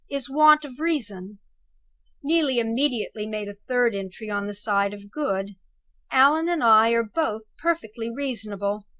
is want of reason neelie immediately made a third entry on the side of good allan and i are both perfectly reasonable.